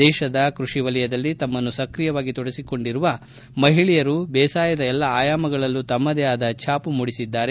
ದೇಶದ ಕೃಷಿ ವಲಯದಲ್ಲಿ ತಮ್ಮನ್ನು ಸಕ್ರಿಯವಾಗಿ ತೊಡಗಿಸಿಕೊಂಡಿರುವ ಮಹಿಳೆಯರು ಬೇಸಾಯದ ಎಲ್ಲಾ ಆಯಾಮಗಳಲ್ಲೂ ತಮ್ಮದೇ ಆದ ಛಾಪು ಮೂಡಿಸಿದ್ದಾರೆ